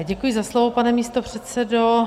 Děkuji za slovo, pane místopředsedo.